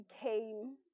came